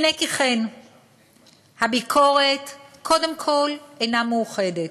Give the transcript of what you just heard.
הנה כי כן, הביקורת, קודם כול, אינה מאוחדת,